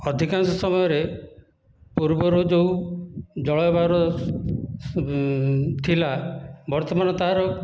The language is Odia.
ଅଧିକାଂଶ ସମୟରେ ପୂର୍ବରୁ ଯେଉଁ ଜଳବାୟୁରେ ଥିଲା ବର୍ତ୍ତମାନ ତା'ର